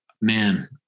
man